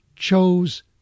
chose